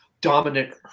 dominant